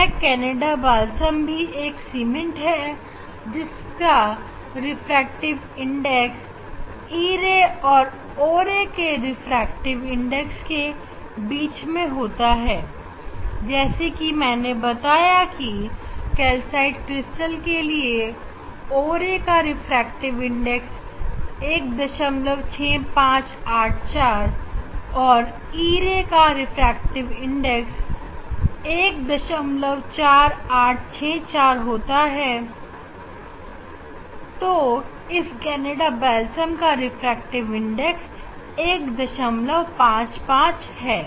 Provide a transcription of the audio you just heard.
यह Canada balsam भी एक सीमेंट है जिसका रिफ्रैक्टिव इंडेक्स e ray और o ray के रिफ्रैक्टिव इंडेक्स के बीच में होता है जैसे कि मैंने बताया की कैल्साइट क्रिस्टल के लिए o ray का रिफ्रैक्टिव इंडेक्स 16584 और e रे का 14864 होता है तो इस कनाडा बालसम का रिफ्रैक्टिव इंडेक्स 155 है